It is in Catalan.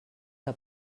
que